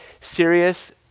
serious